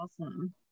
Awesome